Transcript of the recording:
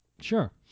sure